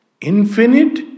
infinite